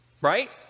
right